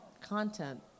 content